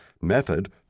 method